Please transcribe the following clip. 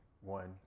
One